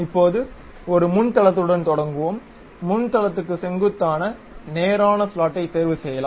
இப்போது ஒரு முன் தளத்துடன் தொடங்குவோம் முன் தளத்துக்கு செங்குத்தாக நேரான ஸ்லாடைத் தேர்வுசெய்யலாம்